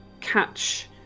catch